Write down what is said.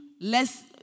less